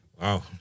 wow